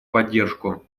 поддержку